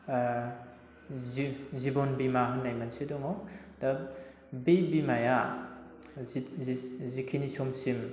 जिबन बीमा होननाय मोनसे दङ दा बे बीमाया जिखिनि समसिम